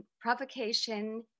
provocation